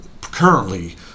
currently